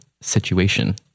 situation